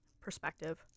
perspective